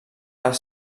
les